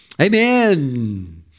Amen